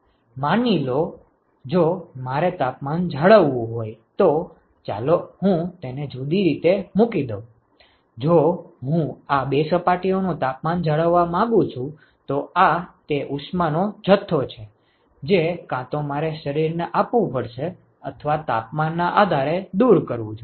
માની લો જો મારે તાપમાન જાળવવું હોય તો ચાલો હું તેને જુદી રીતે મૂકી દઉં જો હું આ બે સપાટીઓનું તાપમાન જાળવવા માંગું છું તો આ તે ઉષ્મા નો જથ્થો છે જે કાં તો મારે શરીરને આપવું પડશે અથવા તાપમાનના આધારે દૂર કરવું જોઈએ